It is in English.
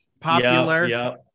popular